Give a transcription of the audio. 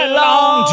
long